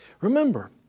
Remember